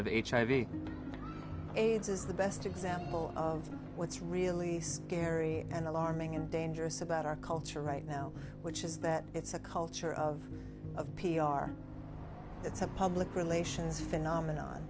hiv aids is the best example of what's really scary and alarming and dangerous about our culture right now which is that it's a culture of a p r it's a public relations phenomenon